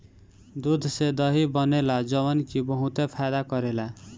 दूध से दही बनेला जवन की बहुते फायदा करेला